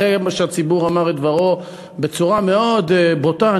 אחרי שהציבור אמר את דברו בצורה מאוד בוטה,